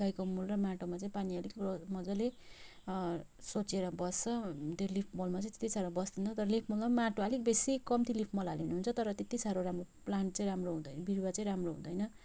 गाईको मल र माटोमा चाहिँ पानी अलिक रो मजाले सोसेर बस्छ त्यो लिफ मलमा चाहिँ त्यति साह्रो बस्दैन तर लिफ मलमा पनि माटो अलिक बेसी कम्ती लिफ मल हाल्यो भने हुन्छ तर त्यति साह्रो प्लान्ट चाहिँ राम्रो बिरुवा चाहिँ राम्रो हुँदैन